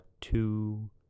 two—